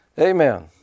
Amen